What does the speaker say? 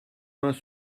mains